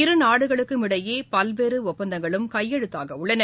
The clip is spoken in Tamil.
இரு நாடுகளுக்கும் இடையேபல்வேறுஒப்பந்தங்களும் கையெழுத்தாகஉள்ளன